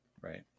right